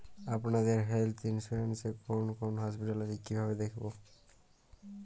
আপনাদের health insurance এ কোন কোন হসপিটাল আছে কিভাবে দেখবো?